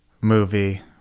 movie